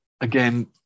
Again